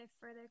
further